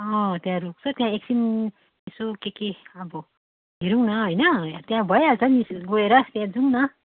अँ त्यहाँ रोक्छ त्यहाँ एकछिन यसो के के अब हेरौँ न होइन त्यहाँ भइहाल्छ नि स गएर त्यहाँ जाउँ न